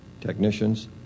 technicians